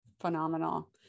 phenomenal